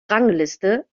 rangliste